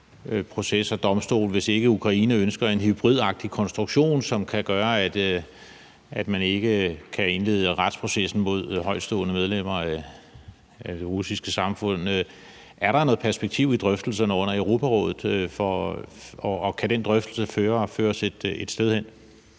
proces og domstol, hvis ikke Ukraine ønsker en hybridagtig konstruktion, som kan gøre, at man kan indlede retsprocessen mod højtstående medlemmer af det russiske samfund, er der så noget perspektiv i drøftelserne under Europarådet, og kan den drøftelse føre os et sted hen?